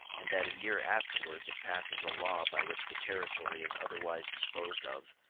and that a year afterwards it passes a law by which the territory is otherwise disposed of,